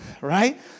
right